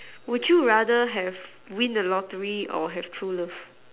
would you rather have win the lottery or have true love